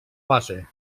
base